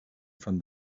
from